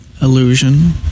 illusion